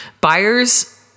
Buyers